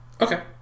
Okay